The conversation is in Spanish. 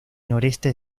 noreste